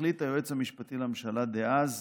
החליט היועץ המשפטי לממשלה דאז,